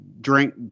drink